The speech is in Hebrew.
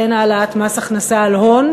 אין העלאת מס הכנסה על הון,